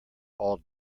all